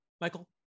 Michael